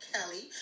Kelly